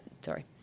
Sorry